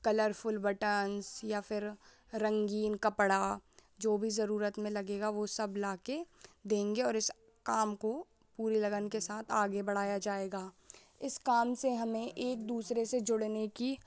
colourful buttons या फिर रंगीन कपड़ा जो भी ज़रूरत में लगेगा वह सब लाकर देंगे और इस काम को पूरी लगन के साथ आगे बढ़ाया जाएगा इस काम से हमे एक दूसरे से जुड़ने की